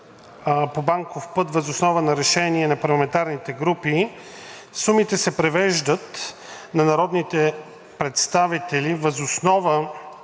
по банков път въз основа на решение на парламентарните групи“, „сумите се превеждат на народните представители въз основа